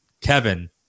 Kevin